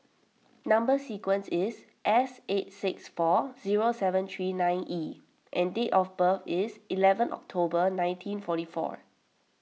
Number Sequence is S eight six four zero seven three nine E and date of birth is eleven October nineteen forty four